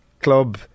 club